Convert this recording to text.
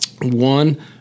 One